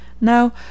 Now